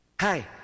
Hi